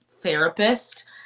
therapist